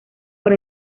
por